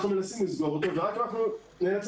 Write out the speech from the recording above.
אנחנו מנסים לסגור אותו ורק אם אנחנו נאלצים